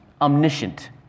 omniscient